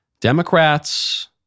Democrats